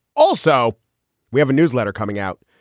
also we have a newsletter coming out.